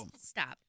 Stop